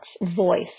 voice